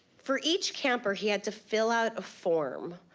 for each camper, he had to fill out a form,